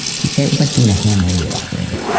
he'd say it was like being a ham radio operator.